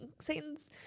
Satan's